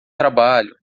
trabalho